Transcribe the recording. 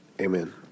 Amen